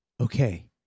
Okay